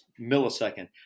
millisecond